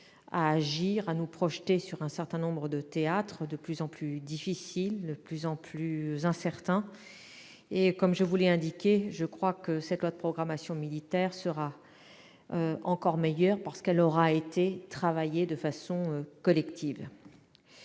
à agir et à nous projeter sur un certain nombre de théâtres de plus en plus difficiles et incertains. Comme je vous l'ai indiqué, je pense que cette loi de programmation militaire sera encore meilleure parce qu'elle aura été travaillée collectivement.